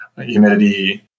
humidity